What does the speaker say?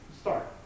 Start